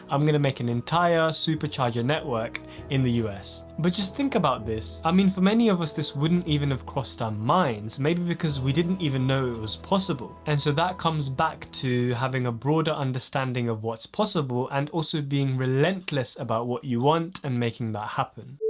i'm gonna make an entire supercharger network in the us. but just think about this. i mean for many of us, this wouldn't even have crossed our um minds, maybe because we didn't even know it was possible and so that comes back to having a broader understanding of what's possible and also being relentless about what you want and making that happen.